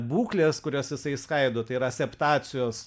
būklės kurias jisai išskaido tai yra aseptacijos